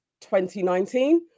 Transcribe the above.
2019